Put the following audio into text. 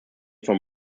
from